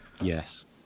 Yes